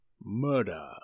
Murder